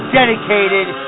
dedicated